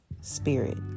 spirit